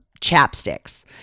chapsticks